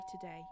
today